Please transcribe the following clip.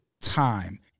time